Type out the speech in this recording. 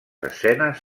escenes